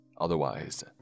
Otherwise